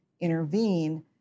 intervene